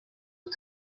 aux